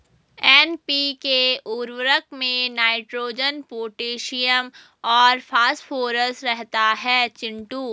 NPK उर्वरक में nitrogen potassium और फास्फोरस रहता है चिंटू